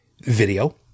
video